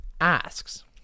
asks